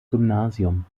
gymnasium